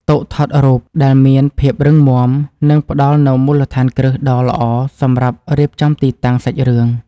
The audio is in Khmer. តុថតរូបដែលមានភាពរឹងមាំនឹងផ្តល់នូវមូលដ្ឋានគ្រឹះដ៏ល្អសម្រាប់រៀបចំទីតាំងសាច់រឿង។